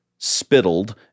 spittled